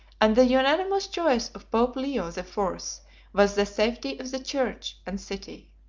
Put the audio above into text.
and the unanimous choice of pope leo the fourth was the safety of the church and city.